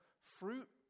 Fruit